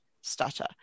stutter